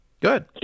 Good